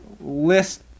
list